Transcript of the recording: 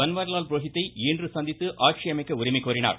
பன்வாரிலால் புரோஹித்தை இன்று சந்தித்து ஆட்சியமைக்க உரிமை கோரினார்